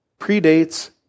predates